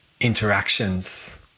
interactions